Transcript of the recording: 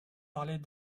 parlées